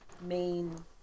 main